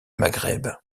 maghreb